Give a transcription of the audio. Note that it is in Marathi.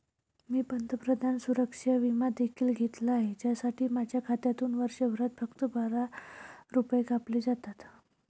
मी पंतप्रधान सुरक्षा विमा देखील घेतला आहे, ज्यासाठी माझ्या खात्यातून वर्षभरात फक्त बारा रुपये कापले जातात